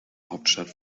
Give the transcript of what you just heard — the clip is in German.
hauptstadt